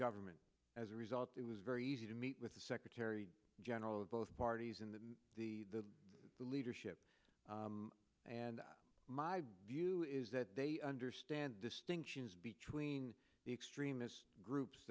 government as a result it was very easy to meet with the secretary general of both parties in the the the the leadership and my view is that they understand distinctions between the extremist groups